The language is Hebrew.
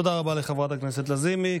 תודה רבה לחברת הכנסת לזימי.